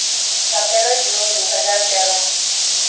ᱥᱟᱛᱨᱳᱭ ᱡᱩᱱ ᱫᱩ ᱦᱟᱡᱟᱨ ᱛᱮᱨᱳ